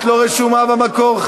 את לא רשומה במקור,